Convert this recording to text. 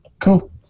Cool